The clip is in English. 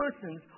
person's